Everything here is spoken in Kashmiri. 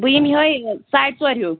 بہٕ یِمہٕ یِہَے ساڑِ ژور ہیٛوٗ